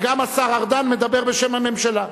גם השר מדבר בשם הממשלה,